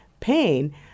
Pain